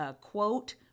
quote